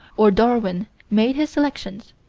or darwin made his selections,